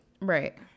Right